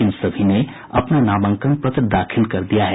इन सभी ने अपना नामांकन पत्र दाखिल कर दिया है